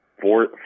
four